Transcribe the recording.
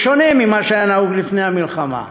בשונה ממה שהיה נהוג לפני המלחמה,